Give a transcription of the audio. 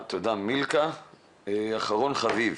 אחרון חביב,